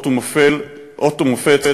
אות ומופת,